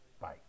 Bye